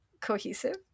cohesive